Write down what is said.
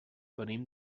venim